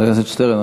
חבר הכנסת שטרן,